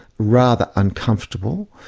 rather uncomfortable.